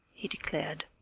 he declared.